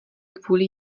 kvůli